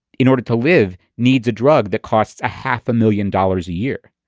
in order to live, needs a drug that costs a half a million dollars a year?